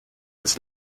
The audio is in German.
des